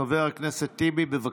חבר הכנסת טיבי, בבקשה.